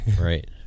right